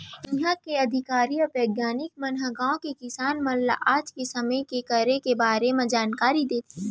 इहॉं के अधिकारी अउ बिग्यानिक मन ह गॉंव के किसान मन ल आज के समे के करे के बारे म जानकारी देथे